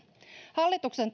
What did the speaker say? hallituksen